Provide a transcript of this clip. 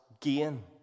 gain